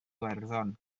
iwerddon